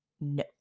No